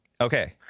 Okay